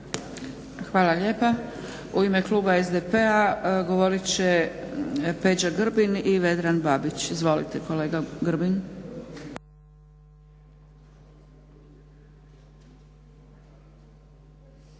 Hvala lijepa. u ime kluba SDP-a govorit će Peđa Grbin i Vedran Babić. Izvolite kolega Grbin.